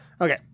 Okay